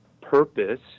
purpose